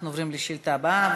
אנחנו עוברים לשאילתה הבאה,